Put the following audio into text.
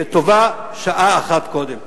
וטובה שעה אחת קודם.